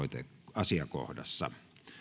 asiakohdassa